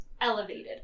Elevated